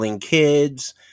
kids